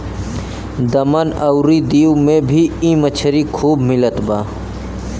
दमन अउरी दीव में भी इ मछरी खूब मिलत बा